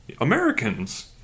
Americans